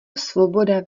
svoboda